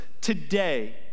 today